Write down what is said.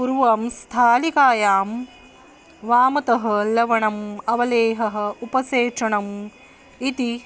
पूर्वं स्थालिकायां वामतः लवणम् अवलेहः उपसेचनम् इति